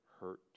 hurt